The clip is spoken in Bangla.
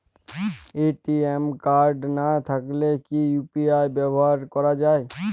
এ.টি.এম কার্ড না থাকলে কি ইউ.পি.আই ব্যবহার করা য়ায়?